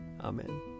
Amen